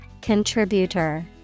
Contributor